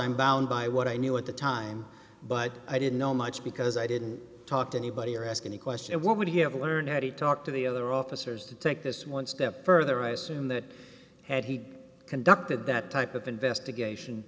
i'm bound by what i knew at the time but i didn't know much because i didn't talk to anybody or ask any question what would he have learned he talked to the other officers to take this one step further i assume that had he conducted that type of investigation